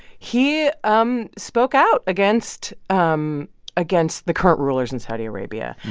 he um spoke out against um against the current rulers in saudi arabia.